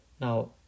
Now